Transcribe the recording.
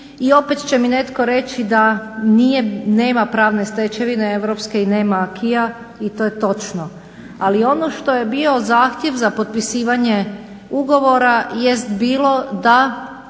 I opet će mi netko reći da nema pravne stečevine europske i nema acquisa i to je točno. Ali ono što je bio zahtjev za potpisivanje ugovora jest bilo da